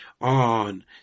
on